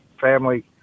family